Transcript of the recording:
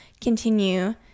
continue